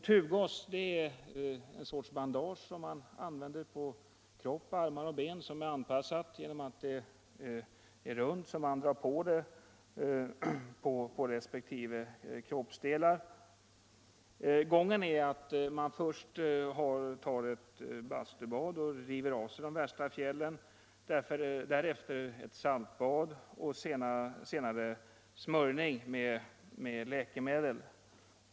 Tubgas är en sorts bandage som man använder på kropp, armar och ben och som är anpassat genom att det är runt så att man kan dra på det på resp. kroppsdelar. Gången är att man först tar ett bastubad och river av sig de värsta fjällen, därefter tar ett saltbad och senare utför smörjning med läkemedel.